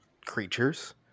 creatures